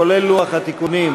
כולל לוח התיקונים,